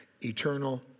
eternal